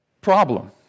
problem